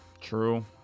True